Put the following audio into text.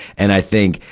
and i think,